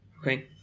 Okay